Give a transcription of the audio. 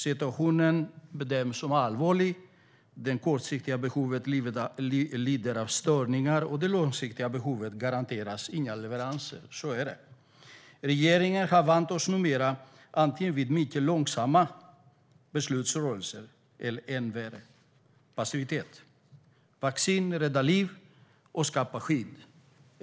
Situationen bedöms som allvarlig. Leveranserna för det kortsiktiga behovet lider av störningar, och för det långsiktiga behovet garanteras inga leveranser. Regeringen har nu vant oss vid mycket långsamma beslutsrörelser, eller än värre: passivitet. Vacciner räddar liv och skapar skydd.